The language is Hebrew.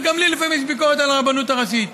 וגם לי לפעמים יש ביקורת על הרבנות הראשית,